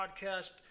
podcast